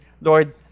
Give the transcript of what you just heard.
Lord